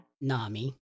Nami